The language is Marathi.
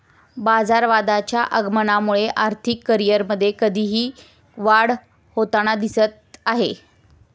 बाजारवादाच्या आगमनामुळे आर्थिक करिअरमध्ये कधीही वाढ होताना दिसत आहे